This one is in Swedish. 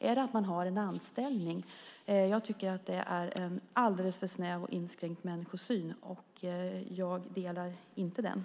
Är det att man har en anställning? Jag tycker att det är en alldeles för snäv och inskränkt människosyn, och den delar jag inte.